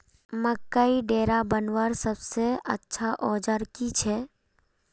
मकईर डेरा बनवार सबसे अच्छा औजार की छे?